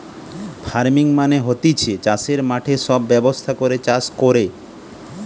farming মানে হতিছে চাষের মাঠে সব ব্যবস্থা করে চাষ কোরে